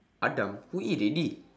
adam who eat already